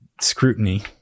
scrutiny